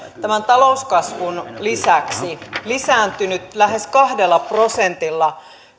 tämän talouskasvun lisäksi lisääntynyt lähes kahdella prosentilla